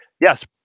Yes